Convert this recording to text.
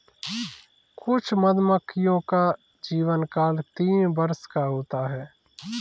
कुछ मधुमक्खियों का जीवनकाल तीन वर्ष का होता है